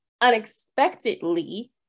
unexpectedly